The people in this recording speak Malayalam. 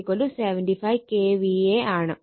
6 75 KVA ആണ്